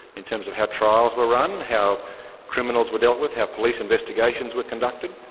in terms of how trials were run, how criminals were dealt with, how police investigations were conducted,